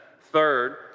Third